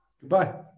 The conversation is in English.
Goodbye